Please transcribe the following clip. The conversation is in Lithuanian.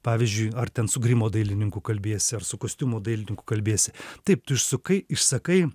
pavyzdžiui ar ten su grimo dailininku kalbiesi ar su kostiumų dailininku kalbiesi taip tu išsukai išsakai